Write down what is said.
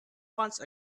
once